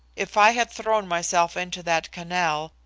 if i had thrown myself into that canal,